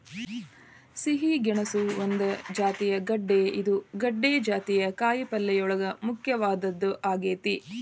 ಸಿಹಿ ಗೆಣಸು ಒಂದ ಜಾತಿಯ ಗೆಡ್ದೆ ಇದು ಗೆಡ್ದೆ ಜಾತಿಯ ಕಾಯಪಲ್ಲೆಯೋಳಗ ಮುಖ್ಯವಾದದ್ದ ಆಗೇತಿ